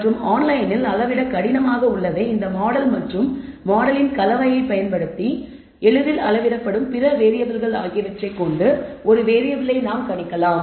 மற்றும் ஆன்லைனில் அளவிட கடினமாக உள்ளதை இந்த மாடல் மற்றும் மாடலின் கலவையைப் பயன்படுத்தி மற்றும் எளிதில் அளவிடப்படும் பிற வேரியபிள்கள் ஆகியவற்றைக் கொண்டு ஒரு வேறியபிளை நாம் கணிக்கிறோம்